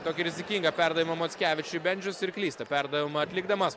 tokį rizikingą perdavimą mockevičiui bendžius ir klysta perdavimą atlikdamas